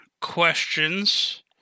questions